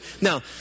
Now